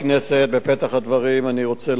בפתח הדברים אני רוצה להודות לך,